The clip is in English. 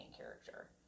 character